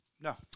No